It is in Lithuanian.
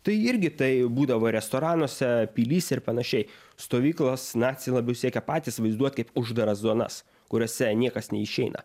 tai irgi tai būdavo restoranuose pilyse ir panašiai stovyklas naciai labiau siekė patys vaizduot kaip uždaras zonas kuriose niekas neišeina